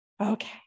Okay